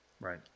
right